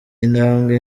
intambwe